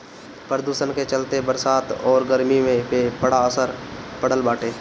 प्रदुषण के चलते बरसात अउरी गरमी पे बड़ा असर पड़ल बाटे